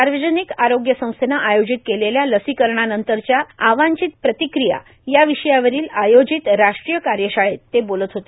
सार्वजनिक आरोग्य संस्थेनं आयोजित केलेल्या लसिकरणानंतरच्या आवांचित प्रतिक्रिया या विषयावरील आयोजित राष्ट्रीय कार्यशाळेत ते बोलत होते